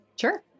Sure